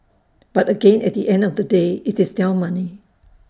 but again at the end of the day IT is their money